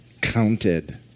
counted